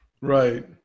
right